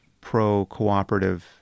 pro-cooperative